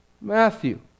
Matthew